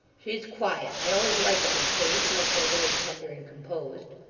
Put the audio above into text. she's quiet. i always like em to faint, unless they're very tender and composed